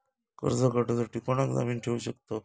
कर्ज काढूसाठी कोणाक जामीन ठेवू शकतव?